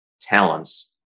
talents